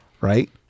right